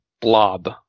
blob